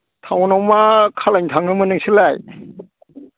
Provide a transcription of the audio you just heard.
टाउनाव मा खालायनो थाङोमोन नोंसोरलाय